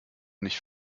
nicht